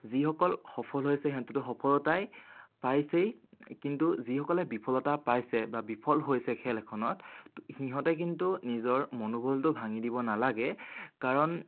যিসকল সফল হৈছে সিহেঁতেতো সফলতাই পাইছেই কিন্তু যিসকলে বিফলতা পাইছে বা বিফল হৈছে খেল এখনত সিহঁতে কিন্তু নিজৰ মনোবলটো ভাঙি দিব নালাগে কাৰণ